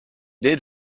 did